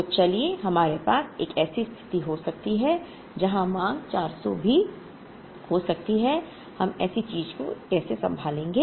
तो चलिए हमारे पास एक ऐसी स्थिति हो सकती है जहाँ माँग 400 भी हो सकती है हम ऐसी चीज़ को कैसे संभालेंगे